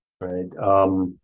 Right